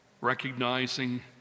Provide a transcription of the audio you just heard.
recognizing